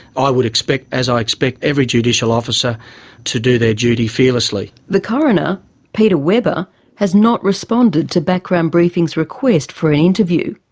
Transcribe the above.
i would expect as i expect every judicial officer to do their duty fearlessly. coroner peter webber has not responded to background briefing's request for an interview.